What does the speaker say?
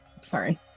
sorry